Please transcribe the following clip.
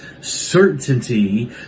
certainty